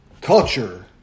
Culture